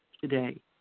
today